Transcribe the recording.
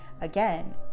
again